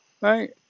right